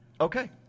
Okay